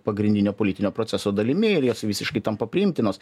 pagrindinio politinio proceso dalimi ir jos visiškai tampa priimtinos